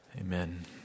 Amen